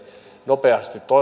nopeasti